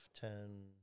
ten